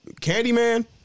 Candyman